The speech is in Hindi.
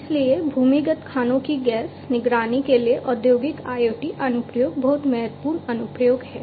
इसलिए भूमिगत खानों की गैस निगरानी के लिए औद्योगिक IoT अनुप्रयोग बहुत महत्वपूर्ण अनुप्रयोग है